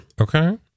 Okay